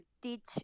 teach